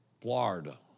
Florida